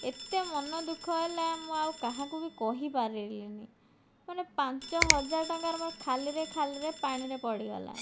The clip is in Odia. ଏତେ ମନ ଦୁଃଖ ହେଲା ମୁଁ ଆଉ କାହାକୁ ବି କହିପାରିଲିନି ମାନେ ପାଞ୍ଚହଜାର ଟଙ୍କାର ମୋର ଖାଲିରେ ଖାଲିରେ ପାଣିରେ ପଡ଼ିଗଲା